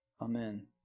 Amen